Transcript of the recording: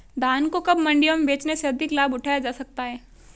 धान को कब मंडियों में बेचने से अधिक लाभ उठाया जा सकता है?